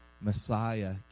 Messiah